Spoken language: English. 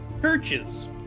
Churches